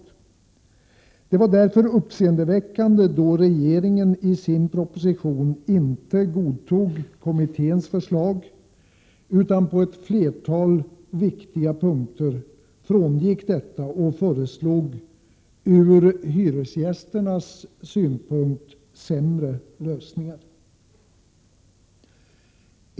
Det var därför uppseendeväckande att regeringen inte godtog kommitténs förslag utan i sin proposition på ett flertal viktiga punkter frångick detta och föreslog ur hyresgästernas synpunkt sämre lösningar.